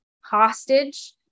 hostage